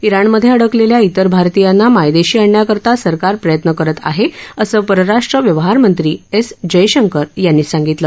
इराणमध्ये अडकलेल्या इतर भारतीयांना मायदेशी आणण्याकरता सरकार प्रयत्न करत आहे असं परराष्ट्र व्यवहारमंत्री एस जयशंकर यांनी सांगितलं